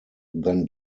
than